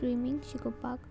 swimming शिकोवपाक